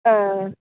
ആ